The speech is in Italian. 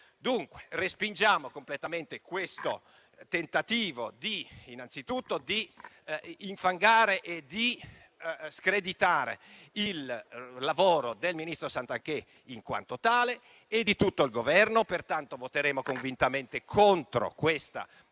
Dunque respingiamo completamente questo tentativo di infangare e di screditare il lavoro del ministro Garnero Santanchè in quanto tale e di tutto il Governo. Pertanto voteremo convintamente contro questa mozione,